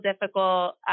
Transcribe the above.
difficult